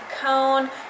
cone